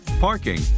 parking